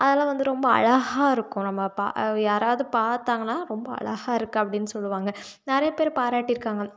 அதெல்லாம் வந்து ரொம்ப அழகாக இருக்கும் நம்ம பா யாராவது பார்த்தாங்கன்னா ரொம்ப அழகாக இருக்க அப்படின்னு சொல்வாங்க நிறையா பேர் பாராட்டியிருக்காங்க